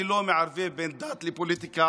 אני לא מערבב בין דת לפוליטיקה.